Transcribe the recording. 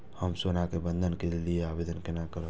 हम सोना के बंधन के लियै आवेदन केना करब?